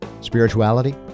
Spirituality